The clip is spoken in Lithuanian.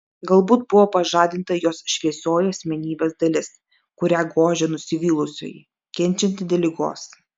galbūt buvo pažadinta jos šviesioji asmenybės dalis kurią gožė nusivylusioji kenčianti dėl ligos